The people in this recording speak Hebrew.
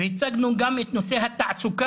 והצגנו גם את נושא התעסוקה,